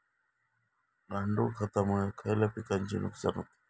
गांडूळ खतामुळे खयल्या पिकांचे नुकसान होते?